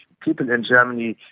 people in germany,